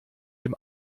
dem